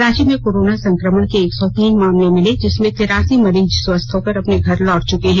रांची में कोरोना संक्रमण के एक सौ तीन मामले मिले जिसमें तेरासी मरीज स्वस्थ होकर अपने घर लौट चुके हैं